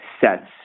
sets